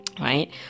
right